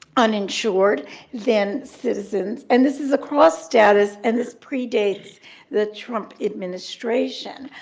uninsured than citizens. and this is across status, and this predates the trump administration.